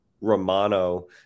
Romano